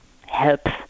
helps